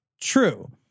true